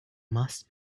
must